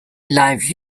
life